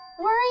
Worry